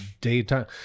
daytime